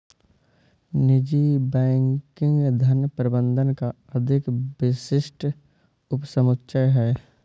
निजी बैंकिंग धन प्रबंधन का अधिक विशिष्ट उपसमुच्चय है